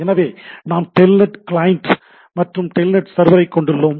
எனவே நாம் telnet client மற்றும் டெல்நெட் சர்வரைக் கொண்டுள்ளோம்